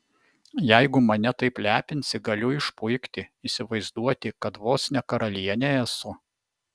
jeigu mane taip lepinsi galiu išpuikti įsivaizduoti kad vos ne karalienė esu